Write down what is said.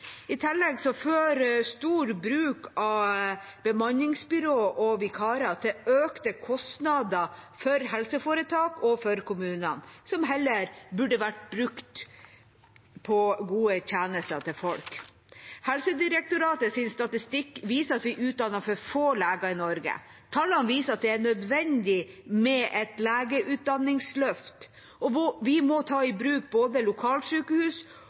i norsk. I tillegg fører stor bruk av bemanningsbyråer og vikarer til økte kostnader for helseforetak og for kommuner, som heller burde vært brukt på gode tjenester til folk. Helsedirektoratets statistikk viser at vi utdanner for få leger i Norge. Tallene viser at det er nødvendig med et legeutdanningsløft, og vi må ta i bruk både lokalsykehus